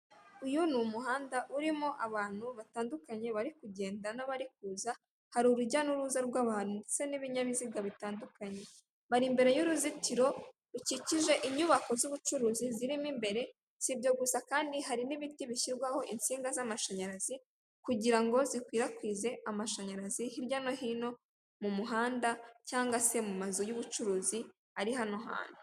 Uyu ni umuhanda urimo abantu batandukanye bari kugenda n'abari kuza. Hari urujya n'uruza rw'abantu ndetse n'ibinyabiziga bitandukanye. Bari imbere y'uruzitiro rukikije inyubako z'ubucuruzi zirimo imbere. Si ibyo gusa kandi hari n'ibiti bishyirwaho insinga z'amashanyarazi, kugira ngo zikwirakwize amashanyarazi hirya no hino mu muhanda, cyangwa se mu mazu y'ubucuruzi ari hano hantu.